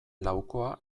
laukoa